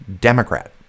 Democrat